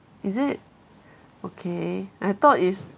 is it okay I thought it's